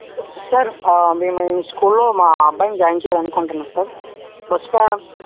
sir మేము మీ స్కూల్లో మా అబ్బాయి జాయిన్ చేయాలి అనుకుంటున్నాం సార్ బస్కా